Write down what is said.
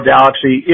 Galaxy